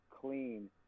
clean